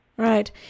Right